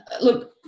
Look